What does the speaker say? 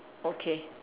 okay